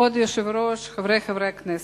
כבוד היושב-ראש, חברי חברי הכנסת,